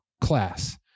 class